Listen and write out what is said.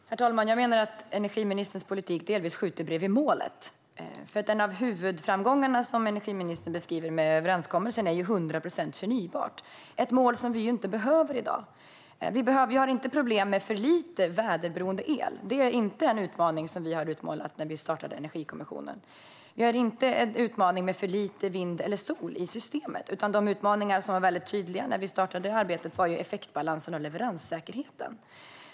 Herr talman! Jag menar att energiministerns politik delvis skjuter bredvid målet. En av de huvudframgångar för överenskommelsen som energiministern beskriver är nämligen 100 procent förnybart - ett mål vi inte behöver i dag. Vi har inte problem med för lite väderberoende el; det var inte en utmaning vi utmålade när vi startade Energikommissionen. Vi har inte en utmaning med för lite vind eller sol i systemet, utan de utmaningar som var väldigt tydliga när vi startade arbetet var effektbalansen och leveranssäkerheten.